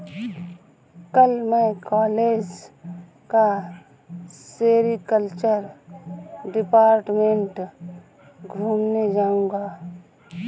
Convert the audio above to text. कल मैं कॉलेज का सेरीकल्चर डिपार्टमेंट घूमने जाऊंगा